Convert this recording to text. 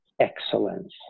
excellence